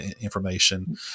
information